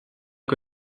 que